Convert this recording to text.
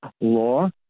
law